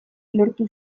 lortu